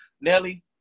Nelly